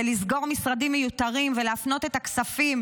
לסגור משרדים מיותרים ולהפנות את הכספים